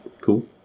Cool